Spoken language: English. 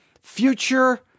future